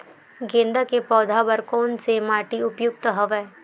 गेंदा के पौधा बर कोन से माटी उपयुक्त हवय?